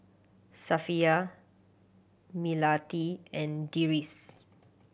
Safiya Melati and Deris